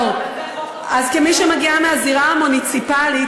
כמי שמגיעה מהזירה המוניציפלית,